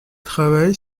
travaille